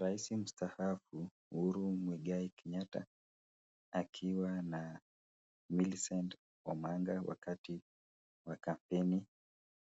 Rais mstaafu, Uhuru Muigai Kenyatta, akiwa na Millicent Omanga wakati wa kampeni